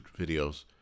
videos